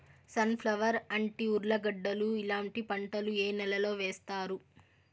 Sun flower, అంటి, ఉర్లగడ్డలు ఇలాంటి పంటలు ఏ నెలలో వేస్తారు?